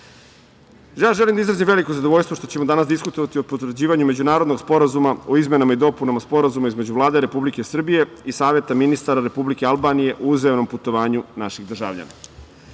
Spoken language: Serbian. voditi. Želim da izrazim veliko zadovoljstvo što ćemo danas diskutovati o potvrđivanju međunarodnog sporazuma o izmenama i dopunama Sporazuma između Vlade Republike Srbije i Saveta ministara Republike Albanije o uzajamnom putovanju naših državljana. Inicijativa